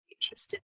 interested